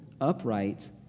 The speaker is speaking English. upright